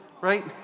right